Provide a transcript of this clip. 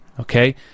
okay